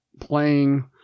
playing